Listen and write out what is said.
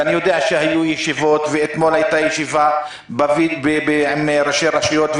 ואני יודע שהיו ישיבות ואתמול היתה ישיבה עם ראשי רשויות,